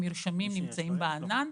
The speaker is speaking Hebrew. המרשמים נמצאים בענן.